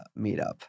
meetup